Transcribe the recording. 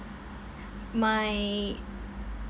my